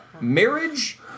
Marriage